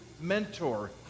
mentor